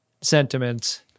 sentiments